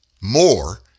More